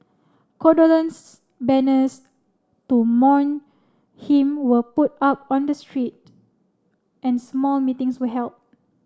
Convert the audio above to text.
condolence banners to mourn him were put up on the street and small meetings were held